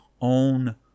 own